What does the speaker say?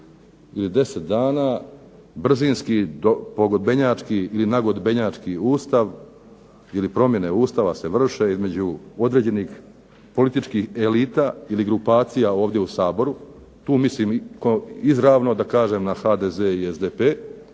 ili 10 dana brzinski pogodbenjački ili nagodbenjački Ustav ili promjene Ustava se vrše između određenih političkih elita ili grupacija ovdje u Saboru. Tu mislim izravno da kažem na HDZ i SDP